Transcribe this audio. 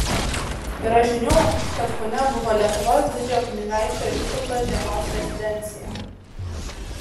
yra žinių kad punia buvo lietuvos didžiojo kunigaikščio vytauto žiemos rezidencija